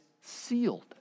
sealed